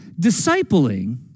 Discipling